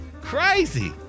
Crazy